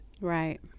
right